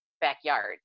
backyard